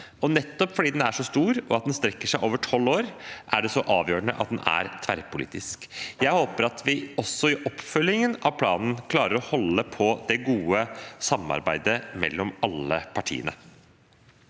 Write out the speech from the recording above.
Nettopp fordi den er så stor, og fordi den strekker seg over tolv år, er det så avgjørende at den er tverrpolitisk. Jeg håper at vi også i oppfølgingen av planen klarer å holde på det gode samarbeidet mellom alle partiene.